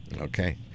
Okay